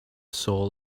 soul